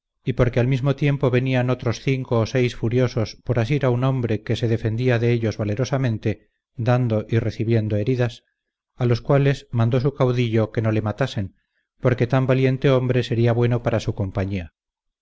y porque al mismo tiempo venían otros cinco o seis furiosos por asir a un hombre que se defendía de ellos valerosamente dando y recibiendo heridas a los cuales mandó su caudillo que no le matasen porque tan valiente hombre sería bueno para su compañía